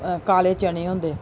अ काले चने होंदे